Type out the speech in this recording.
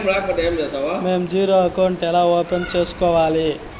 మేము zero account ఎలా open సేసుకోవాలి